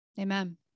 Amen